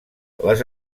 les